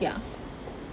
ya